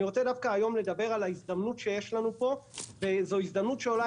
אני רוצה דווקא היום לדבר על ההזדמנות שיש לנו פה ואיזו הזדמנות שעולה,